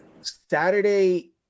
Saturday